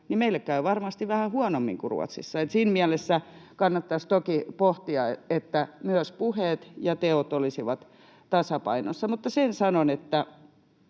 niin meille käy varmasti vähän huonommin kuin Ruotsissa. Siinä mielessä kannattaisi toki pohtia, että myös puheet ja teot olisivat tasapainossa. Sen sanon, mitä